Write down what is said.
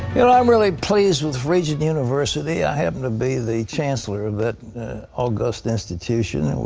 you know i'm really pleased with regent university. i happen to be the chancellor of that augusta institution. and